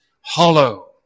hollow